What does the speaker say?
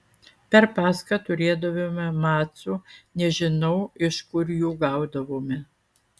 per paschą turėdavome macų nežinau iš kur jų gaudavome